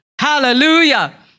Hallelujah